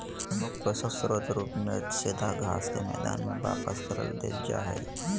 प्रमुख पोषक स्रोत रूप में सीधा घास के मैदान में वापस कर देल जा हइ